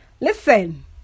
listen